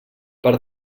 per